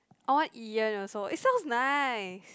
I want Ian also it sounds nice